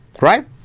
right